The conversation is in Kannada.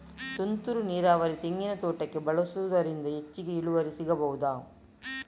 ತುಂತುರು ನೀರಾವರಿ ತೆಂಗಿನ ತೋಟಕ್ಕೆ ಬಳಸುವುದರಿಂದ ಹೆಚ್ಚಿಗೆ ಇಳುವರಿ ಸಿಕ್ಕಬಹುದ?